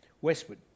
westward